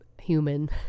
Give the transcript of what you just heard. human